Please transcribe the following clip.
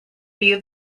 view